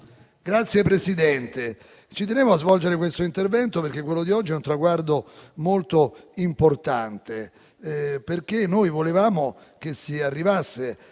Signor Presidente, ci tenevo a svolgere questo intervento perché quello di oggi è un traguardo molto importante, perché noi volevamo che si arrivasse a